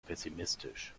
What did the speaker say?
pessimistisch